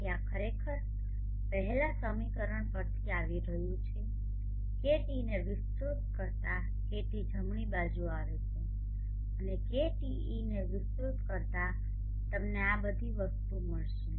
તેથી આ ખરેખર પહેલા સમીકરણ પરથી આવી રહ્યું છે KTને વિસ્તૃત કરતા KT જમણી બાજુ આવે છે અને Kteને વિસ્તૃત કરતા તમને આ બધી વસ્તુઓ મળશે